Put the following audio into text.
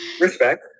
Respect